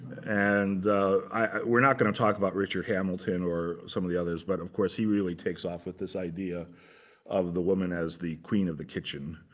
and we're not going to talk about richard hamilton or some of the others. but of course, he really takes off with this idea of the woman as the queen of the kitchen.